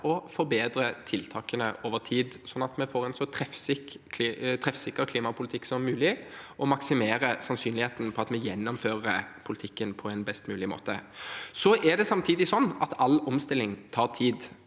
og forbedre tiltakene over tid, sånn at vi får en så treffsikker klimapolitikk som mulig og maksimerer sannsynligheten for at vi gjennomfører politikken på en best mulig måte. Det er samtidig sånn at all omstilling tar tid.